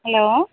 hello